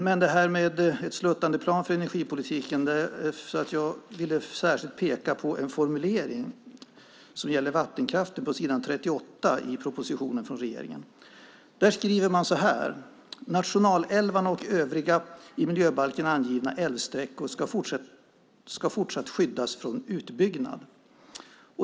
När det gäller ett sluttande plan för energipolitiken vill jag särskilt peka på en formulering som gäller vattenkraften på s. 38 i propositionen från regeringen. Där skriver man så här: Nationalälvarna och övriga i miljöbalken angivna älvsträckor ska fortsatt skyddas från utbyggnad.